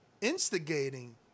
instigating